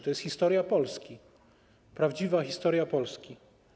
To jest historia Polski, prawdziwa historia Polski.